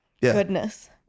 goodness